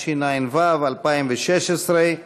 התשע"ו 2016,